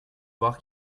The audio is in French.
voir